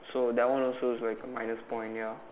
so that one also is like minus point ya